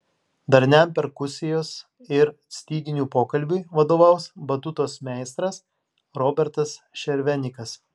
darniam perkusijos ir styginių pokalbiui vadovaus batutos meistras robertas šervenikas